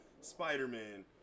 Spider-Man